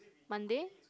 Monday